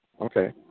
Okay